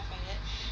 then like